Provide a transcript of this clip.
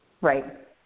Right